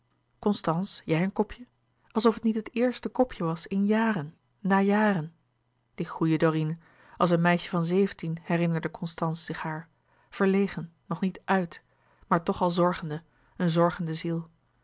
constance jij een kopje alsof het niet het eerste kopje was in jaren na jaren die goeie dorine als een meisje van zeventien herinnerde constance zich haar verlegen nog niet uit maar toch al zorgende een zorgende ziel